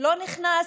לא נכנס.